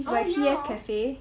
is like P_S cafe